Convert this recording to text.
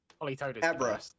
Abra